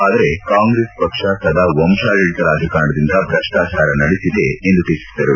ಆದರೆ ಕಾಂಗ್ರೆಸ್ ಪಕ್ಷ ಸದಾ ವಂಶಾಡಳತ ರಾಜಕಾರಣದಿಂದ ಭ್ರಷ್ಟಾಚಾರ ನಡೆಸಿದೆ ಎಂದು ಟೀಕಿಸಿದರು